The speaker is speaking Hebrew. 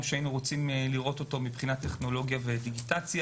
שהיינו רוצים לראות אותו מבחינת טכנולוגיה ודיגיטציה.